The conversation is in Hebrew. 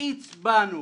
מאיץ בנו